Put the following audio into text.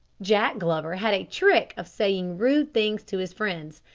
jack glover had a trick of saying rude things to his friends,